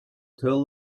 tell